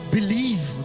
Believe